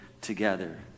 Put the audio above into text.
together